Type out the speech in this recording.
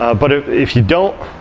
ah but if if you don't,